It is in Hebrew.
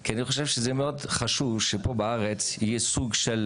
כי אני חושב שזה מאוד חשוב שפה בארץ יהיה סוג של